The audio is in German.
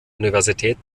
universität